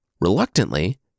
Reluctantly